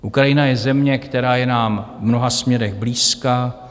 Ukrajina je země, která je nám v mnoha směrech blízká.